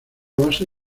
base